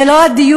זה לא הדיון.